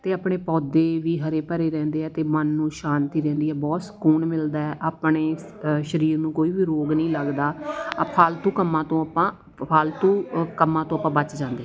ਅਤੇ ਆਪਣੇ ਪੌਦੇ ਵੀ ਹਰੇ ਭਰੇ ਰਹਿੰਦੇ ਆ ਅਤੇ ਮਨ ਨੂੰ ਸ਼ਾਂਤੀ ਰਹਿੰਦੀ ਹੈ ਬਹੁਤ ਸਕੂਨ ਮਿਲਦਾ ਆਪਣੇ ਸਰੀਰ ਨੂੰ ਕੋਈ ਵੀ ਰੋਗ ਨਹੀਂ ਲੱਗਦਾ ਆਹ ਫਾਲਤੂ ਕੰਮਾਂ ਤੋਂ ਆਪਾਂ ਫਾਲਤੂ ਕੰਮਾਂ ਤੋਂ ਆਪਾਂ ਬਚ ਜਾਂਦੇ